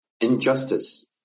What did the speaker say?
injustice